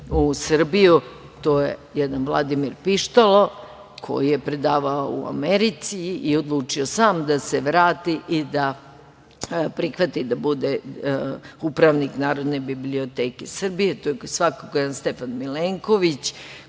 u Srbiju. Tu je jedan Vladimir Pištalo, koji je predavao u Americi i odlučio sam da se vrati i da prihvati da bude upravnik Narodne biblioteke Srbije. Tu je svakako jedan Stefan Milenković,